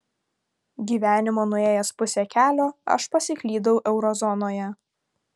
gyvenimo nuėjęs pusę kelio aš pasiklydau eurozonoje